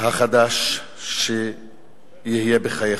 החדש שיהיה בחייך.